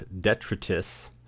detritus